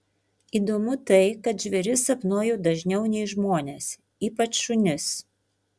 įdomu tai kad žvėris sapnuoju dažniau nei žmones ypač šunis